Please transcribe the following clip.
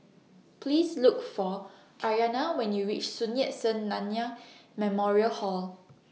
Please Look For Aryana when YOU REACH Sun Yat Sen Nanyang Memorial Hall